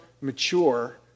mature